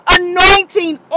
anointing